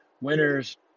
Winners